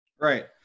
Right